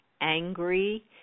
angry